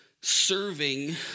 serving